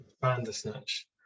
Bandersnatch